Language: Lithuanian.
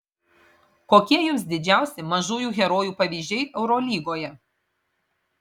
kokie jums didžiausi mažųjų herojų pavyzdžiai eurolygoje